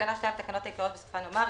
בתקנה 2 לתקנות העיקריות בסופה נאמר: